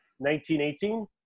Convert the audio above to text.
1918